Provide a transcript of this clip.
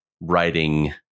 writing